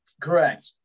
Correct